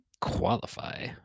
qualify